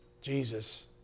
Jesus